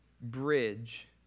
bridge